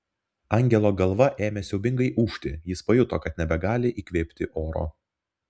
angelo galva ėmė siaubingai ūžti jis pajuto kad nebegali įkvėpti oro